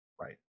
right